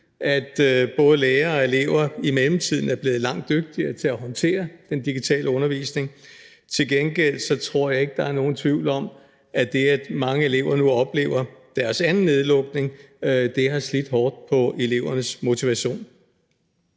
at både lærere og elever i mellemtiden er blevet langt dygtigere til at håndtere den digitale undervisning. Til gengæld tror jeg ikke, der er nogen tvivl om, at det, at mange elever nu oplever deres anden nedlukning, har slidt hårdt på elevernes motivation.